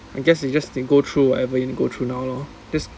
I guess you just to go through whatever you need to go through now lor